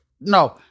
no